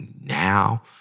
now